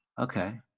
Okay